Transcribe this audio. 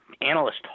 analysts